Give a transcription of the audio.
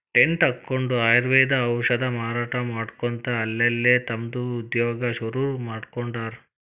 tent ಹಕ್ಕೊಂಡ್ ಆಯುರ್ವೇದ ಔಷಧ ಮಾರಾಟಾ ಮಾಡ್ಕೊತ ಅಲ್ಲಲ್ಲೇ ತಮ್ದ ಉದ್ಯೋಗಾ ಶುರುರುಮಾಡ್ಕೊಂಡಾರ್